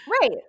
Right